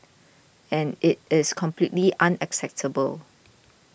and it is completely unacceptable